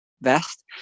vest